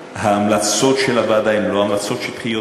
ההמלצות של הוועדה הן לא המלצות שטחיות,